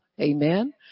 Amen